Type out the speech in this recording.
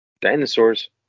Dinosaurs